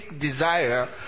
desire